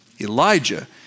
Elijah